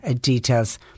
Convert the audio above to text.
details